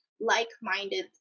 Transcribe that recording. like-minded